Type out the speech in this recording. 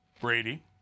Brady